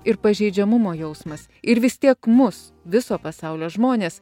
ir pažeidžiamumo jausmas ir vis tiek mus viso pasaulio žmonės